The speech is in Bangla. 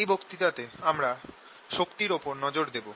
এই বক্তৃতাতে আমরা শক্তির ওপর নজর দেব